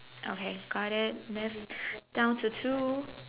okay got it left with down to two